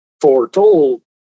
foretold